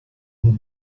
uhr